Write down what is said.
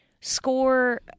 score